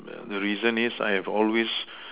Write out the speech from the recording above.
the reason is I have always